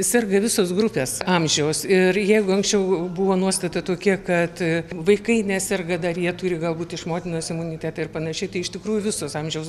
serga visos grupės amžiaus ir jeigu anksčiau buvo nuostata tokia kad vaikai neserga dar jie turi galbūt iš motinos imunitetą ir panašiai tai iš tikrųjų visos amžiaus